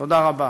תודה רבה.